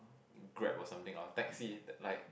Grab or something or taxi t~ like